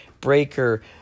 Breaker